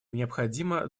необходима